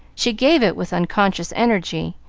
she gave it with unconscious energy,